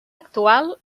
actual